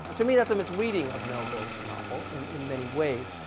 to me, that's a misreading of melville's novel in in many ways,